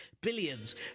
billions